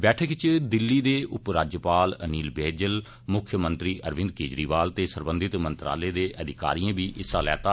बैठक इच दिल्ली दे उपराज्यपाल अनिल बैजल मुक्खमंत्री अरविंद केजरीवाल ते सरबंधित मंत्रालयें दे अधिकारियें बी हिस्सा लैता